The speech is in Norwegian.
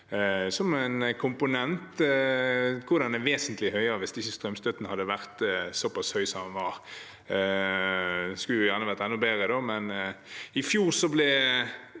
som en komponent, hvor den hadde vært vesentlig høyere hvis ikke strømstøtten hadde vært såpass høy. Det skulle gjerne vært enda bedre, men i fjor anslo